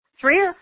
Three